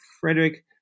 Frederick